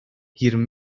yirmi